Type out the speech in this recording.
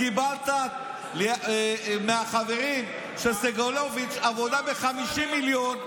קיבלת מהחברים של סגלוביץ' עבודה ב-50 מיליון,